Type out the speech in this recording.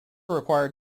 required